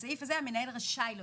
בסעיף הזה המנהל רשאי להוסיף.